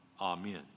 Amen